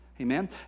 Amen